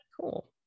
cool